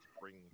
bring